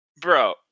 bro